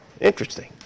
interesting